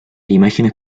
imágenes